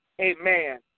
Amen